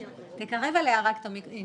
אני